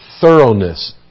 thoroughness